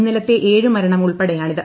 ഇന്നലത്തെ ഏഴ് മരണം ഉൾപ്പെടെയാണിത്